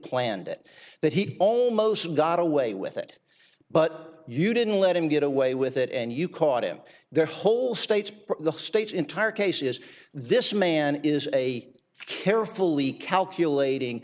planned it that he almost got away with it but you didn't let him get away with it and you caught him their whole states the state's entire case is this man is a carefully calculating